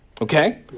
Okay